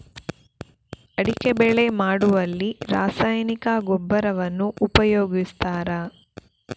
ಅಡಿಕೆ ಬೆಳೆ ಮಾಡುವಲ್ಲಿ ರಾಸಾಯನಿಕ ಗೊಬ್ಬರವನ್ನು ಉಪಯೋಗಿಸ್ತಾರ?